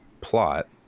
plot